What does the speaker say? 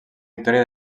victòria